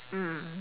mm